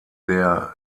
der